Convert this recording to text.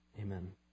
Amen